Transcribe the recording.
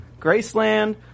Graceland